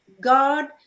God